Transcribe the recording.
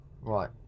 right